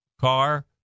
car